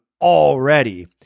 already